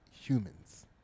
humans